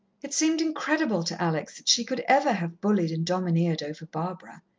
it seemed incredible to alex that she could ever have bullied and domineered over barbara.